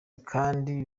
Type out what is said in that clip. kandi